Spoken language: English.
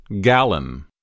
gallon